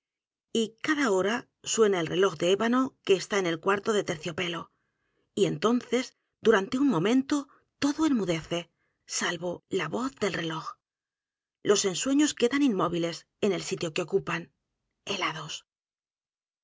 y cada hora suena el reloj de ébano que está en el cuarto de terciopelo y entonces durante un momento todo enmudece salvo la voz del reloj los ensueños quedan inmóviles en el sitio que ocupan helados